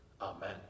Amen